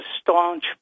staunch